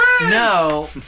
No